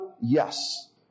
yes